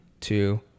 two